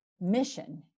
mission